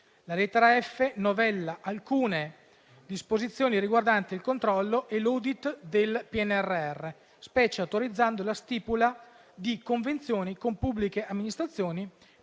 La lettera *f)* novella alcune disposizioni riguardanti il controllo e l'audit del PNRR, specie autorizzando la stipula di convenzioni con pubbliche amministrazioni